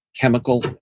chemical